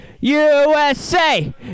USA